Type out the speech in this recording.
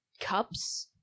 cups